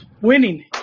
winning